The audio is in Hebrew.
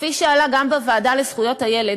כפי שעלה גם בוועדה לזכויות הילד,